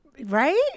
right